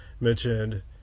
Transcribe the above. mentioned